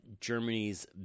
Germany's